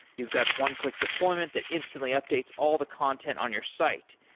you've got one-click deployments that instantly updates all the content on your site.